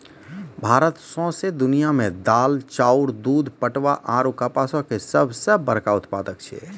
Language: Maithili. भारत सौंसे दुनिया मे दाल, चाउर, दूध, पटवा आरु कपासो के सभ से बड़का उत्पादक छै